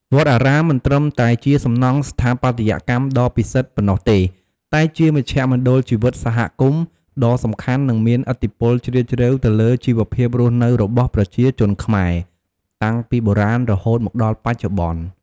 វត្តអារាមមិនត្រឹមតែជាសំណង់ស្ថាបត្យកម្មដ៏ពិសិដ្ឋប៉ុណ្ណោះទេ តែជា មជ្ឈមណ្ឌលជីវិតសហគមន៍ ដ៏សំខាន់ និងមានឥទ្ធិពលជ្រាលជ្រៅទៅលើជីវភាពរស់នៅរបស់ប្រជាជនខ្មែរ តាំងពីបុរាណរហូតមកដល់បច្ចុប្បន្ន។